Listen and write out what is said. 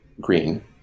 Green